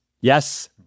Yes